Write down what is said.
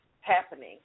happening